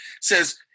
says